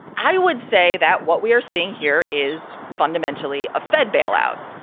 i would say that what we are seeing here is fundamentally a fed bailout.